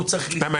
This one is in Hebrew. למה?